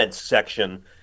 section